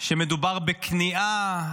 שמדובר בכניעה,